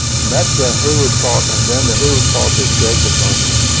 met the hayward fault, and then the hayward fault has dragged it northward.